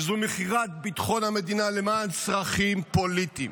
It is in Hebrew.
וזו מכירת ביטחון המדינה למען צרכים פוליטיים,